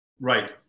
Right